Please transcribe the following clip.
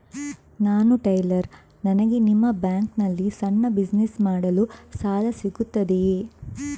ನಾನು ಟೈಲರ್, ನನಗೆ ನಿಮ್ಮ ಬ್ಯಾಂಕ್ ನಲ್ಲಿ ಸಣ್ಣ ಬಿಸಿನೆಸ್ ಮಾಡಲು ಸಾಲ ಸಿಗುತ್ತದೆಯೇ?